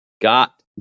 got